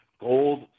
Gold